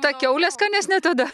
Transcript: ta kiaulė skanesnė tada